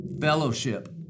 Fellowship